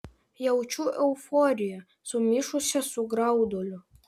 jaučiu euforiją sumišusią su grauduliu